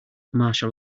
martial